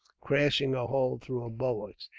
crashing a hole through her bulwarks,